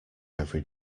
every